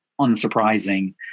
unsurprising